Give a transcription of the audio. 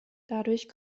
dadurch